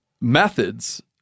methods